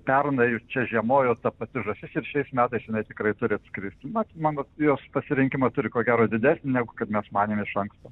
pernai jau čia žiemojo ta pati žąsis ir šiais metais jinai tikrai turi atskrist mat mano jos pasirinkimą turi ko gero didesnį negu kad mes manėm iš anksto